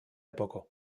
epoko